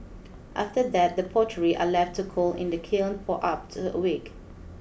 after that the pottery are left to cool in the kiln for up to a week